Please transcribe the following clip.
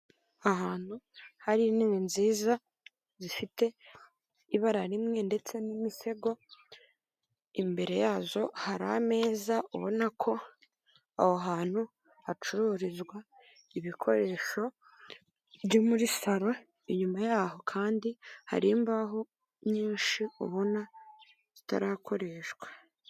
Ahantu hari intebe nziza, zifite ibara rimwe ndetse n'imisego, imbere yazo hari ameza, ubona ko aho hantu hacururizwa ibikoresho byo muri saro, inyuma yaho kandi hari imbaho nyinshi, ubona zitarakoreshwa.